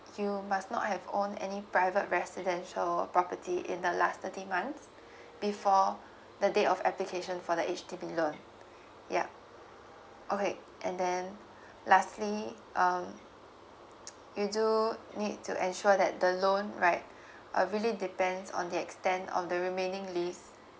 you must not have owned any private residential property in the last thirty month before the day of application for the H_D_B loan yup okay and then lastly um you do need to ensure that the loan right uh really depends on the extent of the remaining list